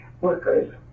workers